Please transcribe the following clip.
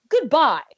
goodbye